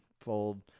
fold